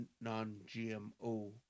non-GMO